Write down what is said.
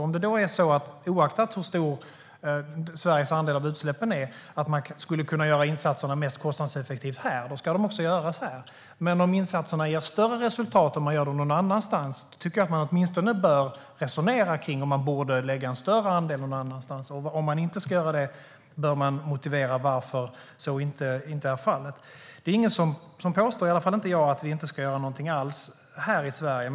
Om insatserna kan göras mest kostnadseffektivt här, oaktat hur stor Sveriges andel av utsläppen är, ska de också göras här. Men om insatserna ger större resultat om de görs någon annanstans tycker jag att man åtminstone bör resonera kring om man borde lägga en större andel någon annanstans. Om man inte ska göra det bör man motivera varför så inte är fallet. Det är ingen som påstår, i alla fall inte jag, att vi inte ska göra någonting alls i Sverige.